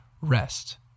rest